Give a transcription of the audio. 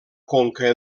conca